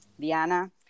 diana